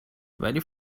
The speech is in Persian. ولی